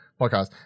podcast